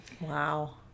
wow